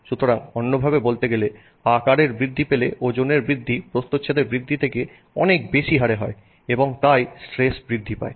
সুতরাং অন্যভাবে বলতে গেলে আকারের বৃদ্ধি পেলে ওজনের বৃদ্ধি প্রস্থচ্ছেদের বৃদ্ধি থেকে অনেক বেশি হারে হয় এবং তাই স্ট্রেস বৃদ্ধি পায়